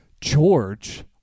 George